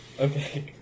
Okay